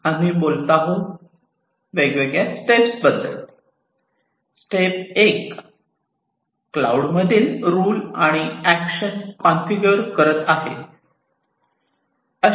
आम्ही बोलत आहोत आम्ही वेगवेगळ्या स्टेपबद्दल बोलत आहोत स्टेप एक क्लाऊड मधील रुल आणि अक्टशन कॉन्फिगर करत आहे